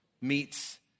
meets